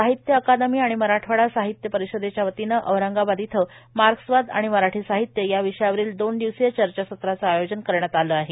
साहित्य अकादमी आणि मराठवाडा साहित्य परिषदेच्या वतीनं औरंगाबाद इथं मार्क्सवाद आणि मराठी साहित्य या विषयावरील दोन दिवसीय चर्चासत्राचं आयोजन करण्यात आलं आहे